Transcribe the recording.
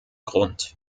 grund